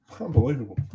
Unbelievable